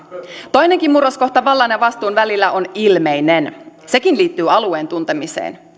toinenkin murroskohta vallan ja vastuun välillä on ilmeinen sekin liittyy alueen tuntemiseen